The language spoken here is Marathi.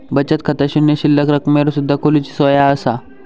बचत खाता शून्य शिल्लक रकमेवर सुद्धा खोलूची सोया असा